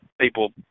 people